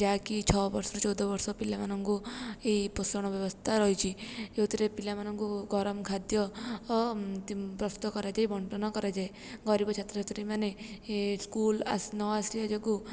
ଯାହାକି ଛଅ ବର୍ଷରୁ ଚଉଦ ବର୍ଷ ପିଲାମାନଙ୍କୁ ଏହି ପୋଷଣ ବ୍ୟବସ୍ଥା ରହିଛି ଯେଉଁଥିରେ ପିଲାମାନଙ୍କୁ ଗରମ ଖାଦ୍ୟ ଓ ପ୍ରସ୍ତୁତ କରାଯାଇ ବଣ୍ଟନ କରାଯାଏ ଗରିବ ଛାତ୍ରଛାତ୍ରୀମାନେ ଏ ସ୍କୁଲ ନଆସିବା ଯୋଗୁଁ